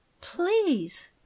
please